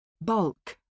Bulk